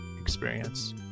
experience